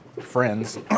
friends